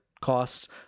costs